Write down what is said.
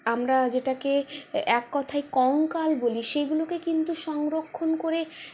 আমরা যেটাকে এক কথায় কঙ্কাল বলি সেগুলোকে কিন্তু সংরক্ষণ করে